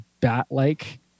bat-like